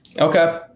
Okay